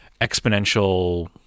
exponential